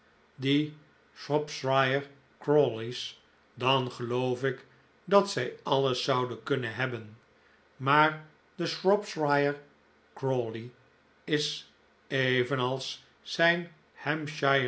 die shropshire crawleys dan geloof ik dat zij alles zouden kunnen hebben maar de shropshire crawley is evenals zijn